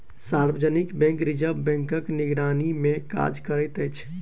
सार्वजनिक bank reserve बैंकक निगरानीमे काज करैत अछि